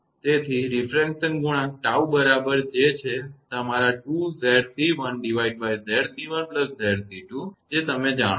તેથી રીફ્રેક્શન ગુણાંક 𝜏 બરાબર જે છે એ તમારા 2𝑍𝑐1𝑍𝑐1 𝑍𝑐2 ને તમે જાણો છો